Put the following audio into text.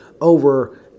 over